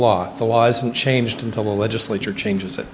law the law isn't changed until the legislature changes it